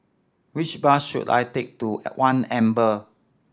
which bus should I take to One Amber